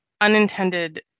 unintended